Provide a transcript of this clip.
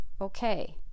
okay